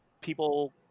people